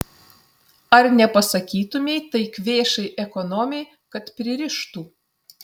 ar nepasakytumei tai kvėšai ekonomei kad pririštų